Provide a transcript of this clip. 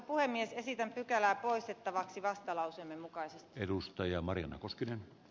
esitän pykälää poistettavaksi vastalauseemme mukaisesti edustaja marianne koskinen